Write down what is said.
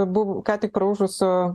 bu ką tik praūžusio